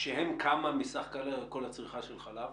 כמה הם מסך כל הצריכה של חלב?